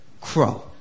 crow